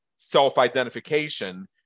self-identification